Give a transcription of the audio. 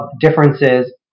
differences